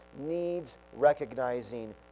needs-recognizing